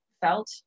felt